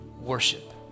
worship